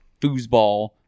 foosball